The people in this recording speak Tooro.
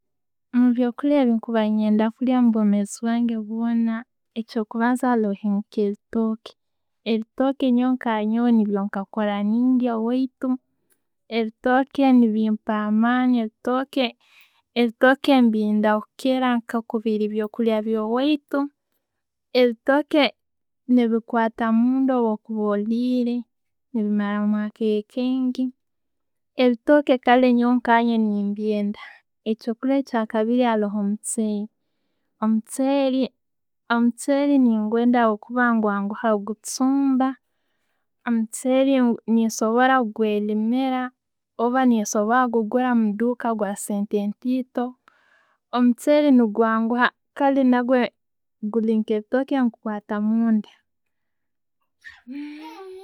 Mubyokulya mubyenkuba nenyenda kulya omubwmezi bwange ekyo'kubanza haroho nke bitooke. Ebitooke nka nyowe nakakura nendya owaitu, ebitooke nebimpa amaani, ebitooke ne'mbidaukira nkabili byokulya byo waitu, ebitoke nebikwata munda bwokuba Oliire, ne bimaramu akaire kaingi. Ebitooke kaale nyowe kanye nembyenda. Ekyo'kulya ekyakabiiri haroho omucheere. Omucheere nengwenda habwokuba negwanguha kuchumba, Omucheri nensobora gwelimira orba nensobora gugura Omuduuka gwasente ntito, omucheere kale negwanguha, guli nke bitooke nagwo gukwata munda.